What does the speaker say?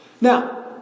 Now